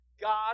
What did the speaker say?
God